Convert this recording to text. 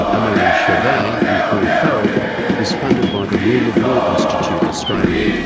amarande chauvet and paul farrell was funded by the role of law institute australia.